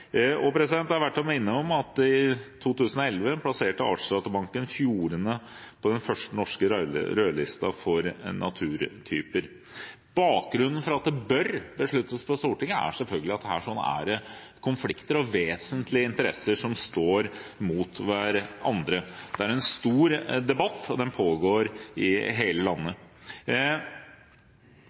Det er verdt å minne om at i 2011 plasserte Artsdatabanken fjordene på den første norske rødlista for naturtyper. Bakgrunnen for at det bør besluttes på Stortinget, er selvfølgelig at her er det konflikter og vesentlige interesser som står mot hverandre. Det er en stor debatt, og den pågår i hele landet.